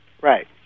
Right